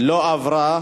לא עברה.